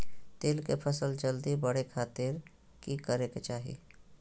तिल के फसल जल्दी बड़े खातिर की करे के चाही?